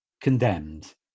condemned